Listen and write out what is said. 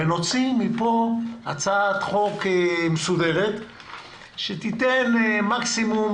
ונוציא מפה הצעת חוק מסודרת שתיתן מקסימום